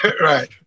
Right